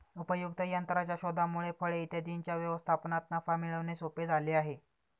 उपयुक्त यंत्राच्या शोधामुळे फळे इत्यादींच्या व्यवसायात नफा मिळवणे सोपे झाले आहे